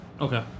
Okay